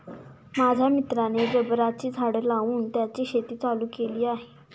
माझ्या मित्राने रबराची झाडं लावून त्याची शेती चालू केली आहे